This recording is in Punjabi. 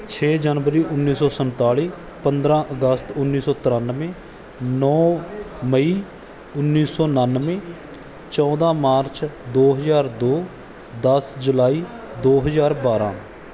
ਛੇ ਜਨਵਰੀ ਉੱਨੀ ਸੌ ਸੰਤਾਲੀ ਪੰਦਰ੍ਹਾਂ ਅਗਸਤ ਉੱਨੀ ਸੌ ਤ੍ਰਿਆਨਵੇਂ ਨੌਂ ਮਈ ਉੱਨੀ ਸੌ ਉਣਾਨਵੇਂ ਚੌਦ੍ਹਾਂ ਮਾਰਚ ਦੋ ਹਜ਼ਾਰ ਦੋ ਦਸ ਜੁਲਾਈ ਦੋ ਹਜ਼ਾਰ ਬਾਰ੍ਹਾਂ